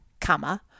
comma